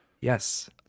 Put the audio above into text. Yes